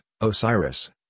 Osiris